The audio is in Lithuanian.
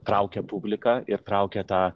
traukia publiką ir traukia tą